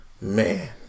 Man